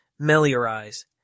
meliorize